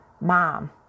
Mom